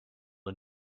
and